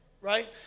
Right